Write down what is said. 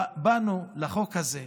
באנו לחוק הזה,